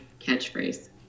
catchphrase